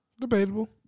Debatable